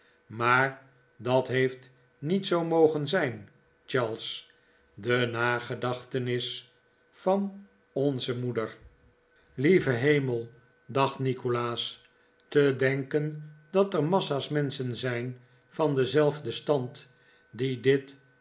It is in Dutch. maar dat heeft niet zoo mogen zijn charles de nagedachtenis van onze moeder lieve hemel dacht nikolaas te denken dat er massa's menschen zijn van denzelfden stand die dit